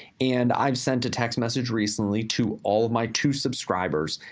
and i've sent a text message recently to all of my two subscribers.